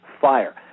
fire